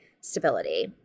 stability